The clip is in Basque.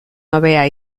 hobea